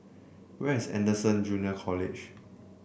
where is Anderson Junior College